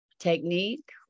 Technique